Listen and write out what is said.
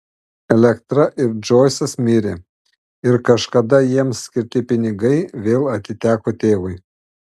elektra ir džoisas mirė ir kažkada jiems skirti pinigai vėl atiteko tėvui